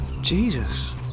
Jesus